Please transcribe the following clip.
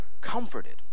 comforted